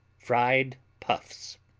fried puffs